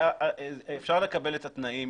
אפשר לקבל את התנאים